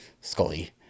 Scully